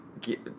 get